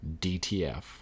DTF